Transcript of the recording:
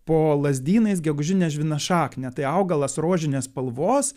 po lazdynais gegužinę žvynašaknę tai augalas rožinės spalvos